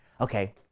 okay